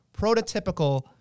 Prototypical